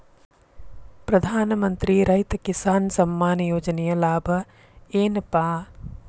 ಪ್ರಧಾನಮಂತ್ರಿ ರೈತ ಕಿಸಾನ್ ಸಮ್ಮಾನ ಯೋಜನೆಯ ಲಾಭ ಏನಪಾ?